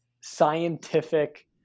scientific